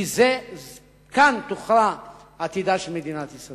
כי כאן יוכרע עתידה של מדינת ישראל.